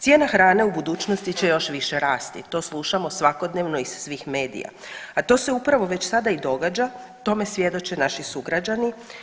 Cijena hrane u budućnosti će još više rasti, to slušamo svakodnevno iz svih medija, a to se upravo već sada i događa, tome svjedoče naši sugrađani.